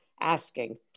asking